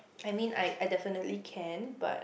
I mean I I definitely can but